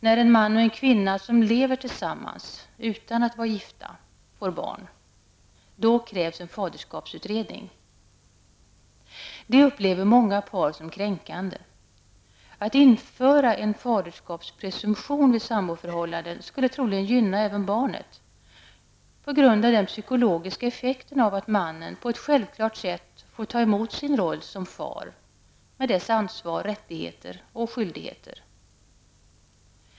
När en man och en kvinna som lever tillsammans utan att vara gifta får barn krävs en faderskapsutredning. Det upplever många par som kränkande. Att införa en faderskapspresumtion vid samboförhållanden skulle troligen gynna även barnet, på grund av den psykologiska effekten av att mannen på ett självklart sätt får ta emot sin roll som far, med dess ansvar, rättigheter och skyldigheter.